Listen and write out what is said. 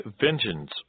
vengeance